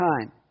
time